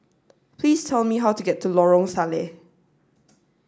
please tell me how to get to Lorong Salleh